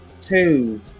two